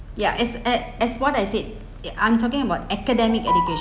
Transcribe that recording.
yeah is at as what I said I'm talking about academic education